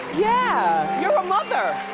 yeah. you're a mother.